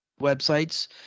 websites